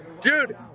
Dude